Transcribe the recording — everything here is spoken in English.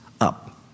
up